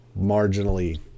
marginally